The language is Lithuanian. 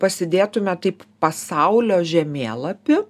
pasidėtume taip pasaulio žemėlapį